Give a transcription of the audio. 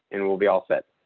it will be all set.